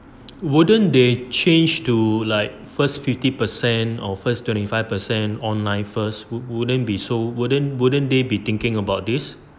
wouldn't they change to like first fifty percent or first twenty five percent online first would wouldn't be so wouldn't wouldn't they be thinking about this